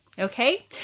Okay